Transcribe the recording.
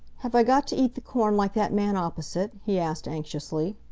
have i got to eat the corn like that man opposite? he asked anxiously.